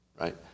right